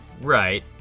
right